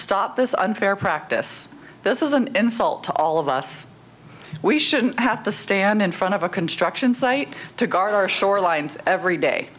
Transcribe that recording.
stop this unfair practice this is an insult to all of us we shouldn't have to stand in front of a construction site to guard our shorelines every day